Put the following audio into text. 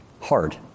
hard